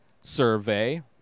survey –